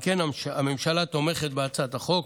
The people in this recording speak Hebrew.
הממשלה תומכת בהצעת החוק